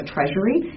Treasury